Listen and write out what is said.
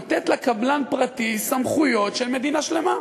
נותנת לקבלן פרטי סמכויות של מדינה שלמה.